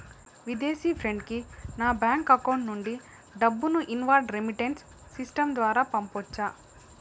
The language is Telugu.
విదేశీ ఫ్రెండ్ కి నా బ్యాంకు అకౌంట్ నుండి డబ్బును ఇన్వార్డ్ రెమిట్టెన్స్ సిస్టం ద్వారా పంపొచ్చా?